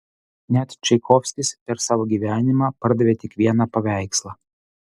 net čaikovskis per savo gyvenimą pardavė tik vieną paveikslą